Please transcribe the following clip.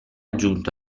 giunto